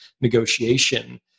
negotiation